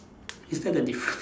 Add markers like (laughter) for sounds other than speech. is that the difference (breath)